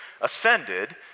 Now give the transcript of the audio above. ascended